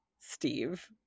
Steve